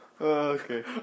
okay